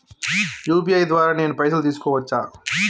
UPI ద్వారా నేను పైసలు తీసుకోవచ్చా?